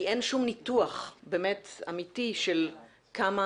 כי אין שום ניתוח באמת אמיתי של כמה